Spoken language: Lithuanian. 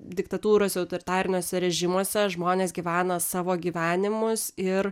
diktatūros autoritariniuose režimuose žmonės gyvena savo gyvenimus ir